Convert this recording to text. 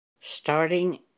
starting